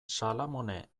salamone